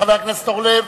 חבר הכנסת אורלב,